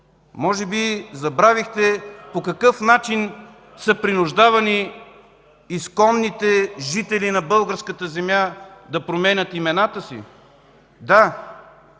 Може би забравихте по какъв начин са принуждавани исконните жители на българската земя да променят имената си? Да,